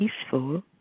peaceful